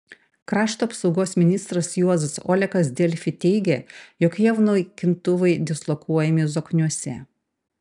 krašto apsaugos ministras juozas olekas delfi teigė jog jav naikintuvai dislokuojami zokniuose